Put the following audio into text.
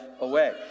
away